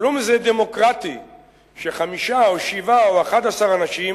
כלום זה דמוקרטי שחמישה, או שבעה, או 11 אנשים,